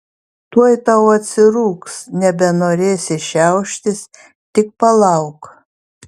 tuoj tau atsirūgs nebenorėsi šiauštis tik palauk